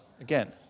Again